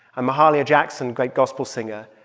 and mahalia jackson, great gospel singer,